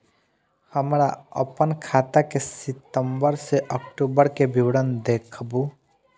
हमरा अपन खाता के सितम्बर से अक्टूबर के विवरण देखबु?